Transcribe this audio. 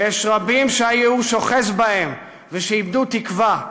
ויש רבים שהייאוש אוחז בהם ושאיבדו תקווה.